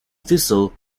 thistle